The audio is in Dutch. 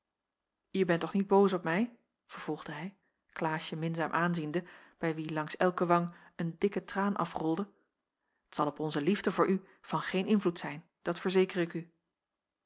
je bent toch niet boos op mij vervolgde hij klaasje minzaam aanziende bij wie langs elke wang een dikke traan afrolde t zal op onze liefde voor u van geen invloed zijn dat verzeker ik u